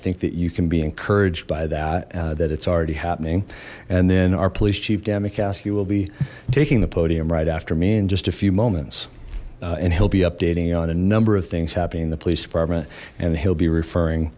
think that you can be encouraged by that that it's already happening and then our police chief dan mccaskey will be taking the podium right after me in just a few moments and he'll be updating you on a number of things happening in the police department and he'll be referring